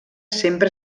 sempre